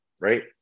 right